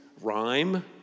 Rhyme